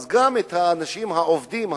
גם האנשים העובדים,